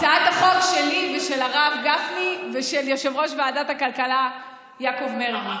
הצעת החוק שלי ושל הרב גפני ושל יושב-ראש ועדת הכלכלה יעקב מרגי.